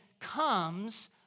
comes